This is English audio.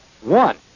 one